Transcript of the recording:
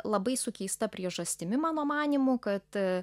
labai su keista priežastimi mano manymu kad